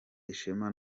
ishema